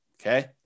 okay